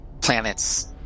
planets